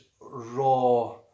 raw